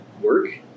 work